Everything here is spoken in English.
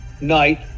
night